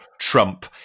Trump